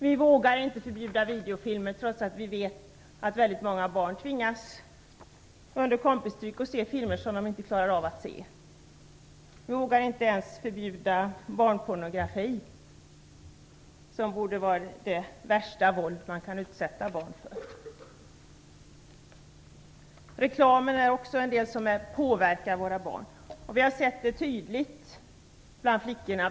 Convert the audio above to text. Vi vågar inte förbjuda videofilmer, trots att vi vet att många barn under kompistryck tvingas se filmer som de inte klarar av att se. Vi vågar inte ens förbjuda barnpornografi, som borde vara det värsta våld man kan utsätta barn för. Reklam påverkar också våra barn. Vi har sett det tydligt bland flickorna.